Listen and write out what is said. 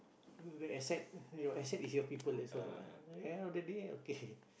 the asset your asset is your people that's all ah at end of the day okay